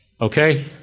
Okay